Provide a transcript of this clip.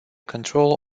control